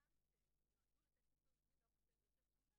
הוא צריך להוכיח נזק,